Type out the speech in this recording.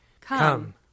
Come